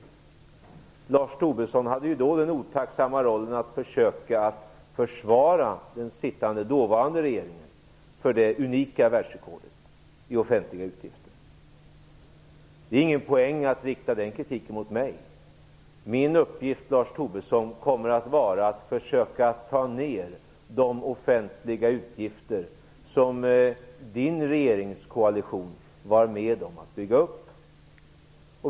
Lars Tobisson hade den otacksamma rollen att försöka försvara den då sittande regeringen för det unika världsrekordet i offentliga utgifter. Det är ingen poäng att rikta den kritiken mot mig. Min uppgift kommer att vara att försöka ta ner de offentliga utgifter som Tobissons koalition var med om att bygga upp.